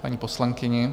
Paní poslankyně.